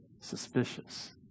suspicious